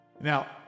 Now